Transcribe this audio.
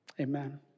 Amen